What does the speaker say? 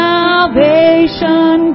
Salvation